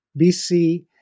BC